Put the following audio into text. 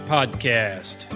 Podcast